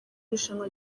irushanwa